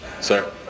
Sir